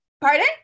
Pardon